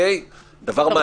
דבר מעניין.